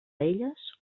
elles